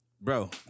Bro